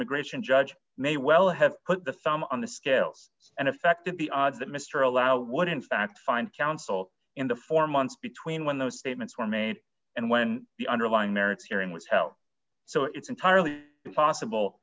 immigration judge may well have put the thumb on the scales and affected the odds that mr allow would in fact find counsel in the four months between when those statements were made and when the underlying merits hearing was held so it's entirely possible